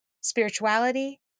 spirituality